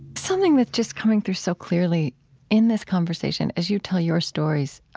something that's just coming through so clearly in this conversation as you tell your stories